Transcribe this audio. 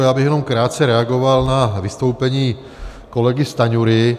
Já bych jenom krátce reagoval na vystoupení kolegy Stanjury.